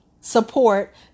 support